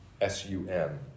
S-U-N